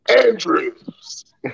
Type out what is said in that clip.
Andrews